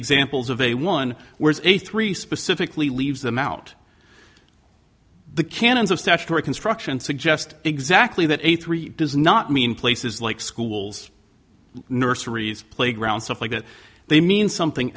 examples of a one wears a three specifically leaves them out the canons of statutory construction suggest exactly that a three does not mean places like schools nurseries playground stuff like that they mean something